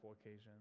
occasions